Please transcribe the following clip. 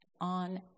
on